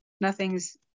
Nothing's